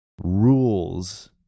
rules